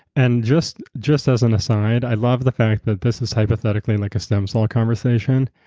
and just just as an aside, i love the fact that this is hypothetically like a stem cells conversation.